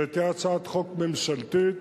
שתהיה הצעת חוק ממשלתית.